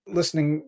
listening